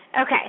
okay